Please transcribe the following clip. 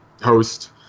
host